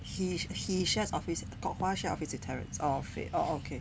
he he shares office kok hua shares office with terrace office orh okay